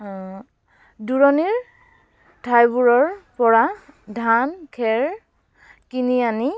দূৰণিৰ ঠাইবোৰৰ পৰা ধান খেৰ কিনি আনি